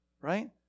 right